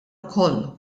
ukoll